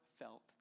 felt